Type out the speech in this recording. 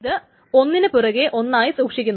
ഇത് ഒന്നിനു പുറകെ ഒന്നായി സൂക്ഷിക്കുന്നു